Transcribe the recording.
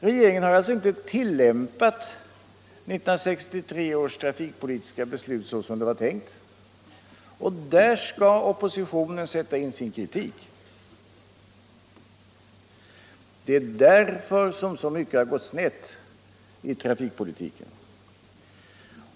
Regeringen har alltså inte tillämpat 1963 års trafikpolitiska beslut såsom var tänkt. Därför har så mycket gått snett i trafikpolitiken. Där skall oppositionen sätta in sin kritik.